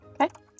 Okay